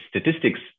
statistics